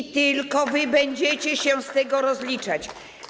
I tylko wy będziecie się z tego rozliczać.